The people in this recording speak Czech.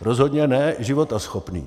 Rozhodně ne životaschopný.